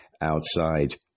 outside